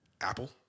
Apple